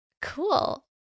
Cool